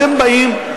אתם באים,